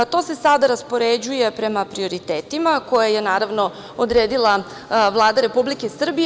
To se sada raspoređuje prema prioritetima koje je naravno odredila Vlada Republike Srbije.